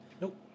Nope